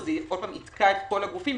זה שוב יתקע את כל הגופים,